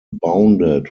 bounded